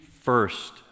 First